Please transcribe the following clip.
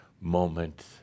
moment